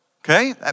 Okay